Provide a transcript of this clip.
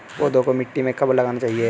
पौधे को मिट्टी में कब लगाना चाहिए?